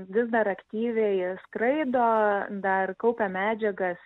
vis dar aktyviai skraido dar kaupia medžiagas